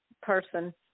person